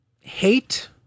hate